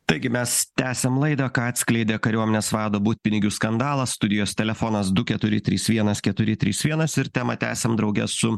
taigi mes tęsiam laidą ką atskleidė kariuomenės vado butpinigių skandalas studijos telefonas du keturi trys vienas keturi trys vienas ir temą tęsiam drauge su